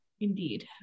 Indeed